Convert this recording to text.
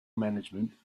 management